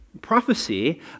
Prophecy